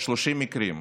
30 מקרים.